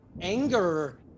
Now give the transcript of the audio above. anger